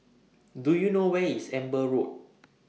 Do YOU know Where IS Amber Road